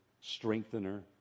strengthener